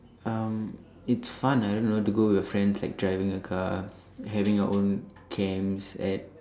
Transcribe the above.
um it's fun I don't know to go with your friends like driving a car having our own camps at